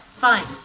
fine